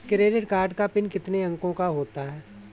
Credit card का PIN कितने अंकों का होता है?